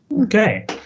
Okay